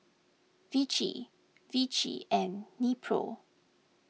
Vichy Vichy and Nepro